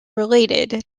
related